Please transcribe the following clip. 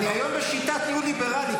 היום אני בשיטת ניהול ליברלית.